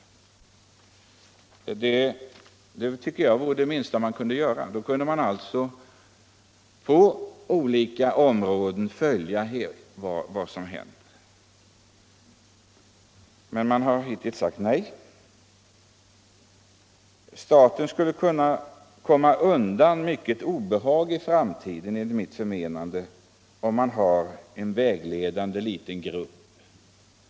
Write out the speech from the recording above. Det tycker jag vore det minsta man kunde begära. Då kunde man på olika områden följa allt vad som händer. Men regeringen har hittills sagt nej. Staten skulle enligt mitt förmenande kunna komma undan mycket obehag i framtiden, om man hade en vägledande liten grupp.